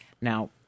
Now